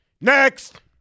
Next